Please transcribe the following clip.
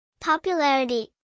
Popularity